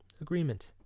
agreement